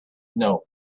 know